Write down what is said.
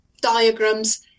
diagrams